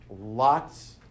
Lots